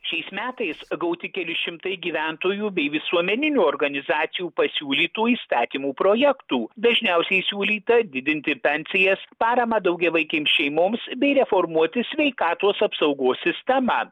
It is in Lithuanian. šiais metais gauti keli šimtai gyventojų bei visuomeninių organizacijų pasiūlytų įstatymų projektų dažniausiai siūlyta didinti pensijas paramą daugiavaikėms šeimoms bei reformuoti sveikatos apsaugos sistemą